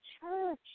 church